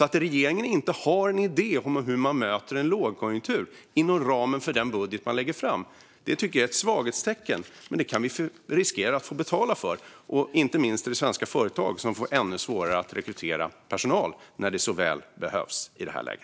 Att regeringen inte har en idé om hur man möter en lågkonjunktur inom ramen för den budget man lägger fram tycker jag är ett svaghetstecken. Vi kan riskera att få betala för det. Inte minst får svenska företag ännu svårare att rekrytera personal när de så väl behöver det i detta läge.